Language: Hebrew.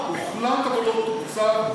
הוחלט בתקופה של אולמרט, אבל לא תוקצב.